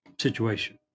situation